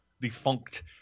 defunct